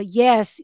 yes